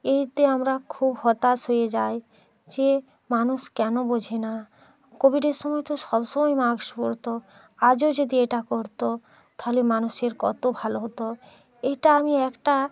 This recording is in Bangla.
এতে আমরা খুব হতাশ হয়ে যাই যে মানুষ কেন বোঝে না কোভিডের সময় তো সব সময় মাস্ক পরতো আজও যদি এটা করত তাহলে মানুষের কত ভালো হত এইটা আমি একটা